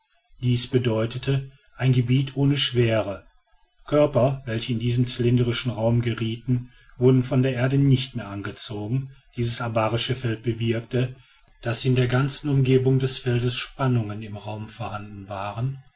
dies bedeutet ein gebiet ohne schwere körper welche in diesen zylindrischen raum gerieten wurden von der erde nicht mehr angezogen dieses abarische feld bewirkte daß in der ganzen umgebung des feldes spannungen im raum vorhanden waren